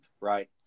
right